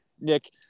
Nick